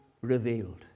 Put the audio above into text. revealed